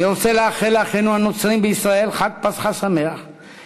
אני רוצה לאחל לאחינו הנוצרים בישראל חג פסחא שמח,